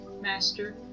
Master